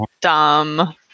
dumb